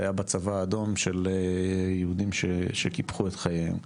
היה בצבא האדום של יהודים שקיפחו את חייהם.